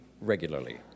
regularly